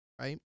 right